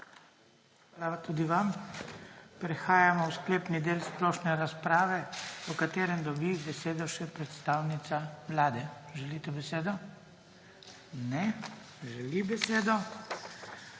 Hvala tudi vam. Prehajamo v sklepni del splošne razprave, v katerem dobi besedo še predstavnica Vlade. Želite besedo? Ne, ne želi besede.